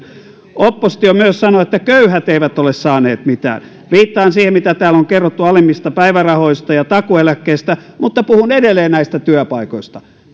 oppositio myös sanoo että köyhät eivät ole saaneet mitään viittaan siihen mitä täällä on kerrottu alemmista päivärahoista ja takuueläkkeistä mutta puhun edelleen näistä työpaikoista